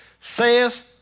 saith